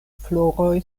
floroj